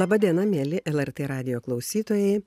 laba diena mieli lrt radijo klausytojai